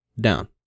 down